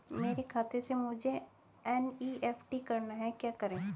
मेरे खाते से मुझे एन.ई.एफ.टी करना है क्या करें?